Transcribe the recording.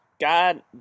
God